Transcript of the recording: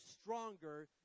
stronger